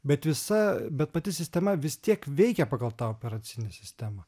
bet visa bet pati sistema vis tiek veikia pagal tą operacinę sistemą